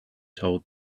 told